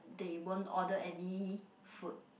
they won't order any food